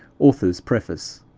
author's preface.